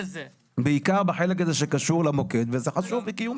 בעיקר בחלק הזה שקשור למוקד וזה חשוב וקיומי.